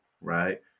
right